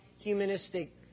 humanistic